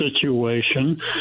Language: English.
situation